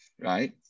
right